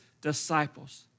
disciples